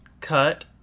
cut